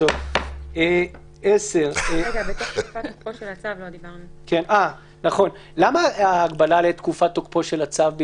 לא דיברנו על "בתוך תקופת תוקפו של הצו".